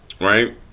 right